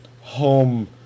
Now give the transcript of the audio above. home